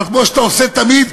אבל כמו שאתה עושה תמיד,